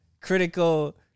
critical